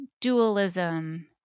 dualism